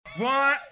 One